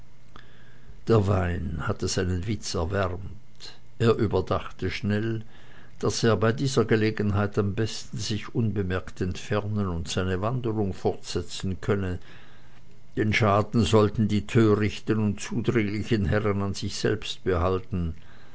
der wein hatte seinen witz erwärmt er überdachte schnell daß er bei dieser gelegenheit am besten sich unbemerkt entfernen und seine wanderung fortsetzen könne den schaden sollten die törichten und zudringlichen herren an sich selbst behalten